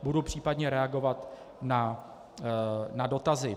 Budu případně reagovat na dotazy.